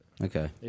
Okay